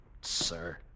sir